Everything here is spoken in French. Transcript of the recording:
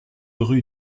rue